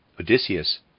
Odysseus